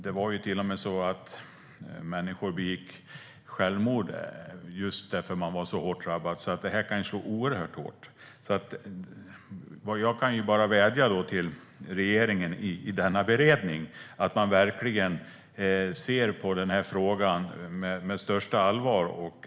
Det var till och med så att människor begick självmord därför att de var så hårt drabbade. Det här kan slå oerhört hårt. Jag kan bara vädja till regeringen att ta den här frågan på största allvar i beredningen.